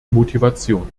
motivation